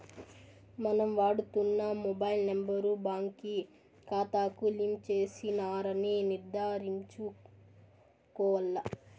మనం వాడుతున్న mobile number బాంకీ కాతాకు లింక్ చేసినారని నిర్ధారించుకోవాల్ల